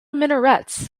minarets